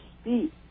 speak